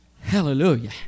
hallelujah